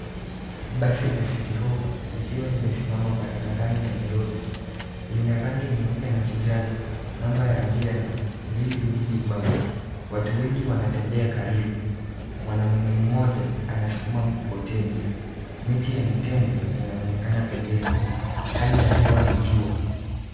Basi la City hopper likiwa limesimama barabarani Nairobi, lina rangi nyeupe na kijani. Namba ya njia ni 22B. Watu wengi wanatembea karibu. Mwanaume mmoja anasukuma mkokoteni. Miti ya mitende inaonekana pembeni. Hali ya hewa ni jua.